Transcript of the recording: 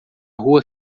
rua